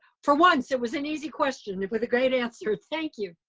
for once it was an easy question with a great answer, thank you.